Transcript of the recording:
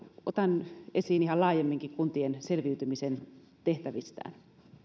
otan esiin ihan laajemminkin kuntien selviytymisen tehtävistään